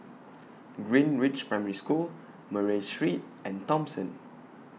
Greenridge Primary School Murray Street and Thomson